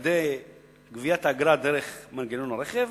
על-ידי גביית האגרה דרך מנגנון הרכב,